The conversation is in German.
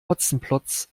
hotzenplotz